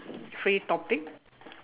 free topic